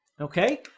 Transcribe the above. Okay